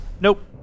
Nope